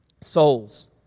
souls